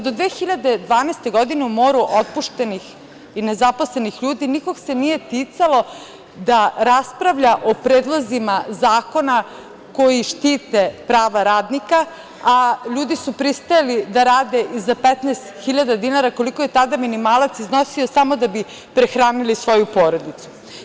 Do 2012. godine u moru otpuštenih i nezaposlenih ljudi nikoga se nije ticalo da raspravlja o predlozima zakona koji štite prava radnika, a ljudi su pristajali da rade i za 15 hiljada dinara, koliko je tada minimalac iznosio, samo da bi prehranili svoju porodicu.